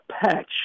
patch